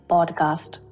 Podcast